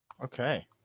Okay